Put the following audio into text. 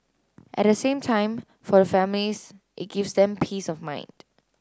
at the same time for the families it gives them peace of mind